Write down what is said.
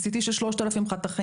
זה CT של 3,000 חתכים,